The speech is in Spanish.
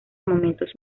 momentos